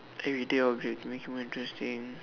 everyday of the makes it more interesting